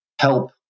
help